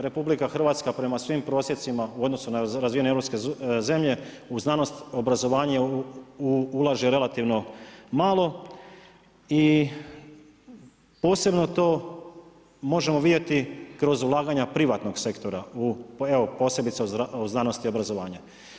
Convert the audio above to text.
RH prema svim prosjecima u odnosu na razvijene europske zemlje, u znanost, obrazovanje ulaže relativno malo i posebno to možemo vidjeti kroz ulaganja privatnog sektora posebice u znanosti i obrazovanju.